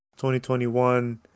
2021